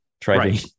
trading